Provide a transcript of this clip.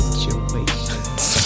situations